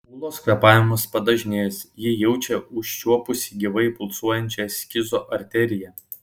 ūlos kvėpavimas padažnėjęs ji jaučia užčiuopusi gyvai pulsuojančią eskizo arteriją